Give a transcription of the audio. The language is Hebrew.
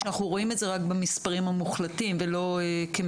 כשאנחנו רואים את זה רק במספרים המוחלטים ולא כמגמות.